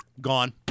gone